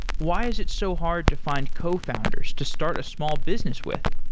why is it so hard to find cofounders to start a small business with?